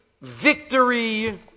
victory